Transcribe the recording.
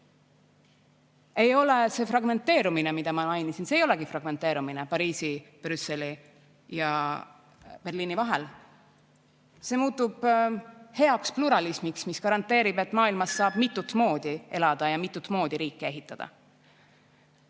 ei ole see fragmenteerumine, mida ma mainisin, see ei olegi fragmenteerumine Pariisi, Brüsseli ja Berliini vahel. See muutub heaks pluralismiks, mis garanteerib, et maailmas saab mitut moodi elada ja mitut moodi riiki ehitada.